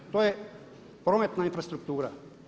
To je prometna infrastruktura.